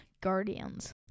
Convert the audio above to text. Guardians